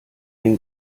den